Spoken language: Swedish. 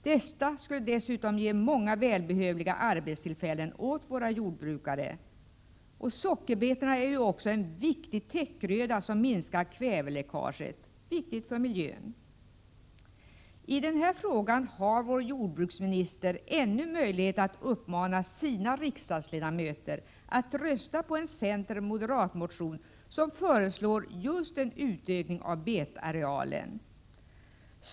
Detta skulle dessutom ge många välbehövliga arbetstillfällen åt våra jordbrukare. Sockerbetorna är ju dessutom en viktig täckgröda, som minskar kväveläckaget — viktigt för miljön! I denna fråga har vår jordbruksminister ännu möjlighet att uppmana sina riksdagsledamöter att rösta för en centeroch moderatmotion, där det föreslås just en utökning av betarealen.